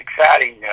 exciting